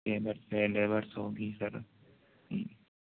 کیبرس ہے لیبرس ہوگی سر